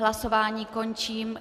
Hlasování končím.